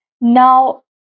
Now